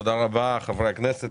תודה רבה חברי הכנסת.